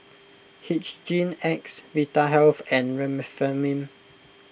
Hygin X Vitahealth and Remifemin